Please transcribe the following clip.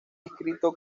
escrito